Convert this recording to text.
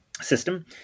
system